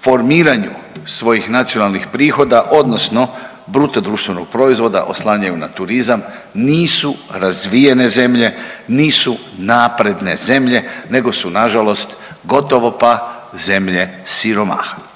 formiranju svojih nacionalnih prihoda odnosno BDP-a oslanjaju na turizam nisu razvijene zemlje, nisu napredne zemlje, nego su nažalost gotovo pa zemlje siromaha.